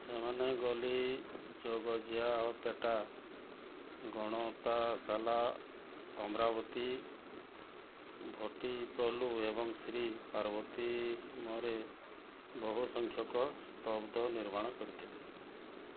ସେମାନେ ଗୋଲି ଜଗଜିଆ ଓ ପେଟା ଗଣତାସାଲା ଅମ୍ରାବତୀ ଭଟ୍ଟିପ୍ରୋଲୁ ଏବଂ ଶ୍ରୀ ପାର୍ବତୀମରେ ବହୁ ସଂଖ୍ୟକ ସ୍ତବ୍ଧ ନିର୍ମାଣ କରିଥିଲେ